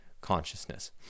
consciousness